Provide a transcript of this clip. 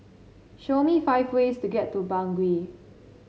show me five ways to get to Bangui